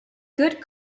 good